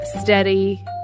steady